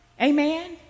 Amen